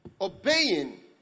Obeying